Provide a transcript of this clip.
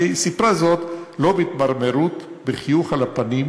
והיא סיפרה זאת לא בהתמרמרות, בחיוך על הפנים,